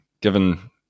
given